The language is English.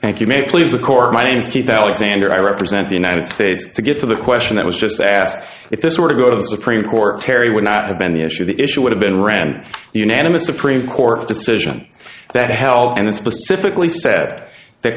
thank you may please the court my name is keith alexander i represent the united states to get to the question that was just asked if this were to go to the supreme court terry would that have been the issue the issue would have been rand unanimous supreme court decision that it held and its pacifically set that